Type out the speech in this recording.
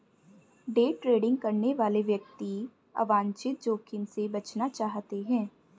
day trading करने वाले व्यक्ति अवांछित जोखिम से बचना चाहते हैं